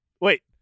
wait